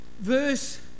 verse